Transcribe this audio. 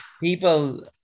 People